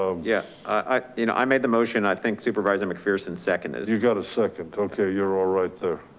ah yeah i you know i made the motion, i think supervisor macpherson. second. you got a second. okay. you're all right there.